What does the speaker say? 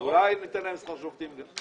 אולי ניתן להם שכר שופטים.